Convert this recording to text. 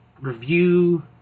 Review